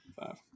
five